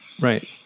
Right